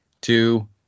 two